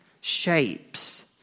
shapes